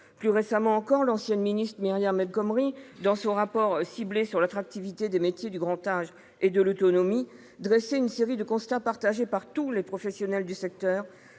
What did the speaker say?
Plus récemment encore, l'ancienne ministre Myriam El Khomri, dans son rapport ciblé sur l'attractivité des métiers du grand âge et de l'autonomie, dressait une série de constats partagés par tous les professionnels du secteur,